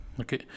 Okay